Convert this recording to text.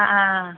ആ ആ ആ